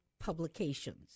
publications